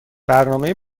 برنامه